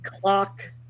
clock